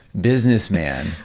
businessman